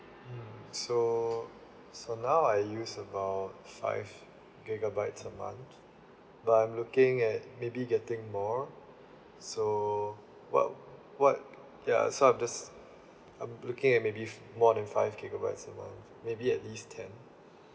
mm so so now I use about five gigabytes per month but I'm looking at maybe getting more so what what ya so I'm just um looking at maybe more than five gigabytes a month maybe at least ten